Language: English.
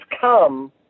come